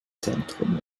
zentrum